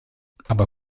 aber